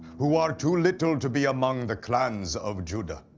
who are too little to be among the clans of judah,